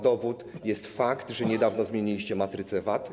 Dowodem jest fakt, że niedawno zmieniliście matrycę VAT.